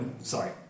Sorry